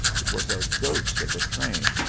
it was a ghost of a train,